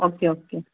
okay okay